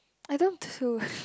I don't want to